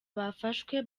bafashwe